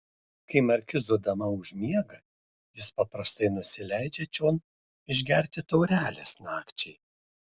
kai markizo dama užmiega jis paprastai nusileidžia čion išgerti taurelės nakčiai